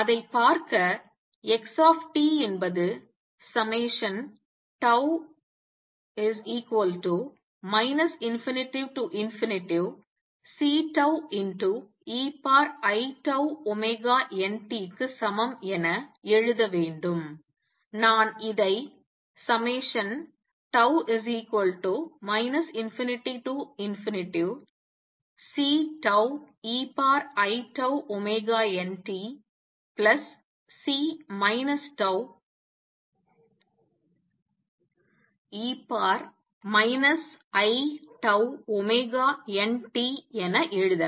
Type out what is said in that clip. அதைப் பார்க்க x என்பது τ ∞Ceiτωt க்கு சமம் என எழுத வேண்டும் நான் இதை τ ∞CeiτωtC τe iτωt என எழுதலாம்